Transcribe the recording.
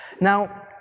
Now